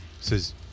says